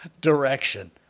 direction